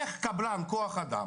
איך קבלן כוח אדם